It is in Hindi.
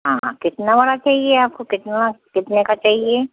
हाँ कितना बड़ा चाहिए आपको कितना कितने का चाहिए